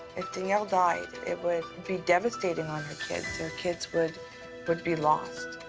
if danielle died, it would be devastating on her kids. her kids would but be lost.